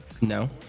No